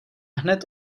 hned